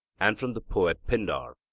and from the poet pindar,